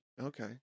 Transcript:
Okay